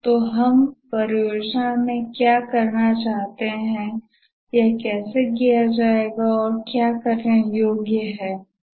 तो हम परियोजना में क्या करना चाहते हैं यह कैसे किया जाएगा और क्या करने योग्य होगा